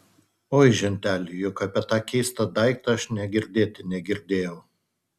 oi ženteli juk apie tą keistą daiktą aš nė girdėti negirdėjau